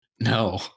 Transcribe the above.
No